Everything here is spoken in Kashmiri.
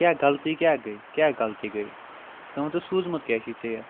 کیٛاہ غلطی کیٛاہ گٔے کیٛاہ غلطی گٔے ژٕ وَن تہٕ سوٗزمُت کیٛاہ چھُے ژےٚ یہِ